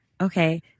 okay